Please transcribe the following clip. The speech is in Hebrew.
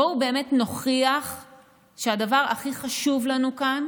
בואו באמת נוכיח שהדבר הכי חשוב לנו כאן